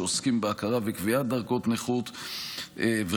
שעוסקים בהכרה ובקביעת דרגות נכות וכו',